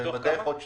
ובדרך עוד שניים.